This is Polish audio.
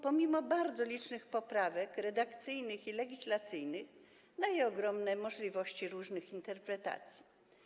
Pomimo bardzo licznych poprawek redakcyjnych i legislacyjnych daje ogromne możliwości różnych interpretacji.